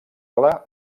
ala